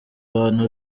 abantu